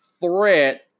threat